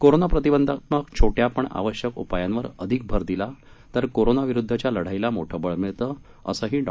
corona प्रतिबंधात्मक छोट्या पण आवश्यक उपायांवर अधिक भर दिला तर कोरोनाविरुद्धच्या लढाईला मोठं बळ मिळतं असंही डॉ